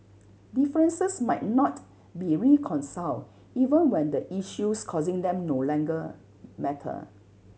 differences might not be reconciled even when the issues causing them no longer matter